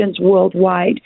worldwide